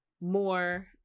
more